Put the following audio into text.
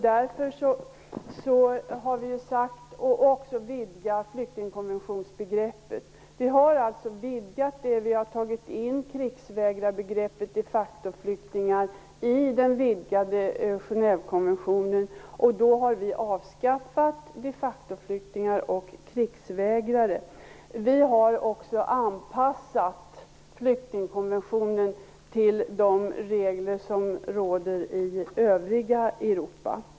Därför har vi vidgat flyktingkonventionsbegreppet. Vi har tagit in krigsvägrarbegreppet och de facto-flyktingbegreppet i den vidgade Genèvekonventionen. Vi har således avskaffat begreppen de facto-flyktingar och krigsvägrare. Vi har också anpassat flyktingkonventionen till de regler som gäller i övriga Europa.